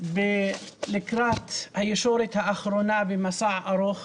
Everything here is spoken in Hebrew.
לקראת הישורת האחרונה במסע ארוך